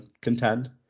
contend